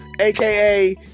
aka